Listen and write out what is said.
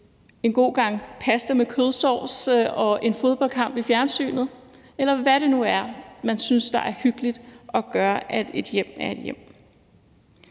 en god gang pasta med kødsovs og en fodboldkamp i fjernsynet, eller hvad det nu er, man synes er hyggeligt og gør, at et hjem er et hjem?